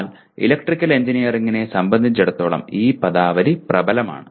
എന്നാൽ ഇലക്ട്രിക്കൽ എഞ്ചിനീയറിംഗിനെ സംബന്ധിച്ചിടത്തോളം ഈ പദാവലി പ്രബലമാണ്